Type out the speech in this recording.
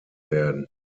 werden